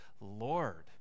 Lord